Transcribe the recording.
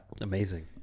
amazing